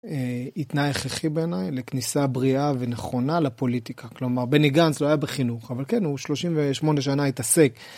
היא תנאי הכרחי בעיניי לכניסה בריאה ונכונה לפוליטיקה. כלומר, בני גנץ לא היה בחינוך אבל כן הוא 38 שנה התעסק.